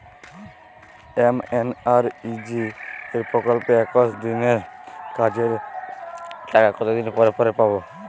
MNREGA প্রকল্পে একশ দিনের কাজের টাকা কতদিন পরে পরে পাব?